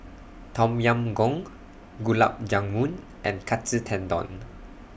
Tom Yam Goong Gulab Jamun and Katsu Tendon